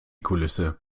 kulisse